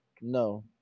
No